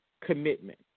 commitment